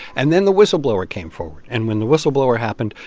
and then the whistleblower came forward, and when the whistleblower happened,